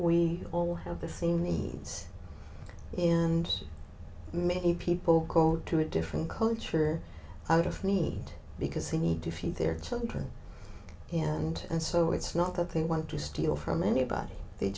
we all have the same needs and many people go to a different culture out of need because they need to feed their children and and so it's not that they want to steal from anybody they